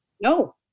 No